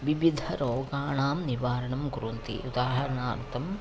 विविधरोगाणां निवारणं कुर्वन्ति उदाहरणार्थम्